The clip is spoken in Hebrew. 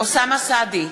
אוסאמה סעדי,